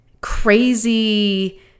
crazy